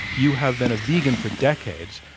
you have been a vegan for decades.